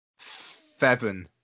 Feven